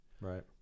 Right